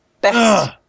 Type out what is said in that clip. Best